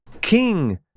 king